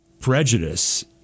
prejudice